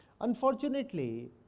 Unfortunately